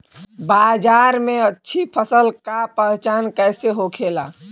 बाजार में अच्छी फसल का पहचान कैसे होखेला?